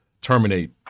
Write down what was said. terminate